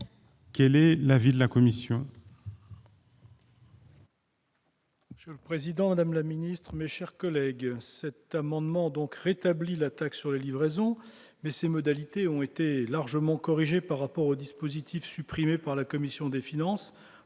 Quel est l'avis de la commission